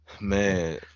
man